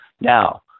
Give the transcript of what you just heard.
Now